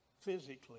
physically